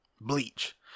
Bleach